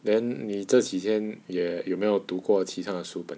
then 你这几天也有没有读过其他的书本